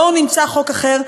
בואו נמצא חוק אחר,